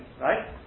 right